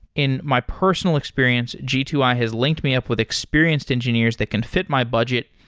in my personal experience, g two i has linked me up with experienced engineers that can fit my budget,